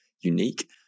unique